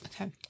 Okay